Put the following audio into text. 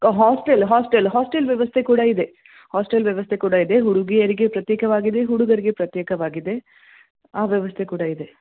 ಓ hostel hostel hostel ವ್ಯವಸ್ಥೆ ಕೂಡ ಇದೆ ಹಾಸ್ಟೆಲ್ ವ್ಯವಸ್ಥೆ ಕೂಡ ಇದೆ ಹುಡುಗಿಯರಿಗೆ ಪ್ರತ್ಯೇಕವಾಗಿದೆ ಹುಡುಗರಿಗೆ ಪ್ರತ್ಯೇಕವಾಗಿದೆ ಆ ವ್ಯವಸ್ಥೆ ಕೂಡ ಇದೆ